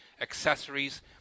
accessories